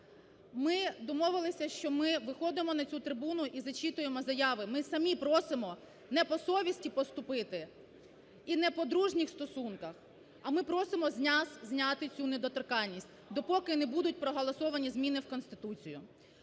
Ми домовилися, що ми виходимо на цю трибуну і зачитуємо заяви, ми самі просимо не по совісті поступити і не по дружніх стосунках, а ми просимо з нас зняти цю недоторканність, допоки не будуть проголосовані зміни в Конституцію.